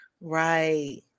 right